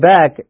back